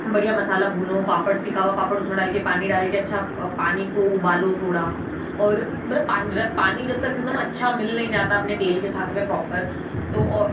बढ़िया मसाला भूनो पापड़ सिका हुआ पापड़ उसमें डाल कर पानी डाल कर अच्छा पानी को उबालो थोड़ा और मतलब पानी जब तक एकदम अच्छा मिल नही जाता अपने तेल के साथ में प्रॉपर तो और